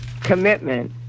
Commitment